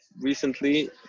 recently